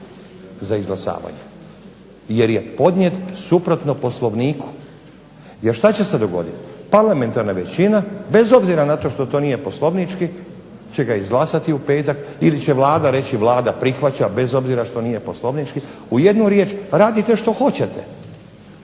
za izglasavanja jer je podnijet suprotno Poslovniku. Jer što će se dogoditi, parlamentarna većina bez obzira što to nije poslovnički će ga izglasati u petak ili će Vlada reći Vlada prihvaća bez obzira što nije poslovnički u jednu riječ, radite što hoćete,